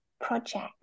project